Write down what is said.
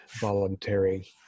voluntary